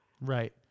Right